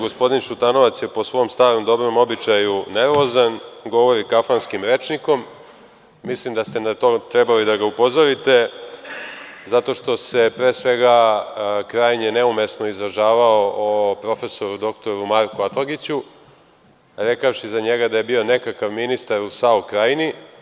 Gospodin Šutanovac je po svom dobrom običaju nervozan, govori kafanskim rečnikom, mislim da ste trebali na to da ga upozorite zato što se pre svega krajnje neumesno izražavao o profesoru doktoru Marku Atlagiću, rekavši za njega da je bio nekakav ministar u SAO Krajini.